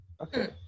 Okay